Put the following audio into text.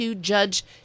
Judge